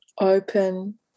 Open